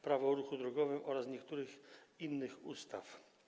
Prawo o ruchu drogowym oraz niektórych innych ustaw.